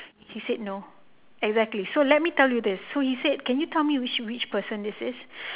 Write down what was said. he said no exactly so let me tell you this so he said can you tell me which which person this is